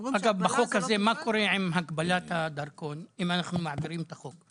אם אנו מעבירים את החוק,